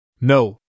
No